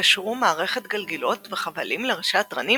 קשרו מערכת גלגילות וחבלים לראשי התרנים